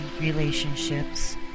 relationships